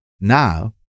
now